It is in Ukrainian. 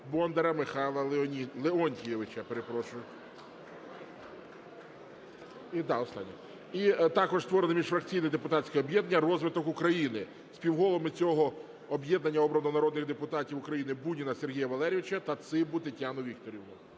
Бондаря Михайла Леонтійовича. І да, останнє. І також створено міжфракційне депутатське об'єднання "Розвиток України". Співголовами цього об'єднання обрано народних депутатів України Буніна Сергія Валерійовича та Цибу Тетяну Вікторівну.